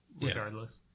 regardless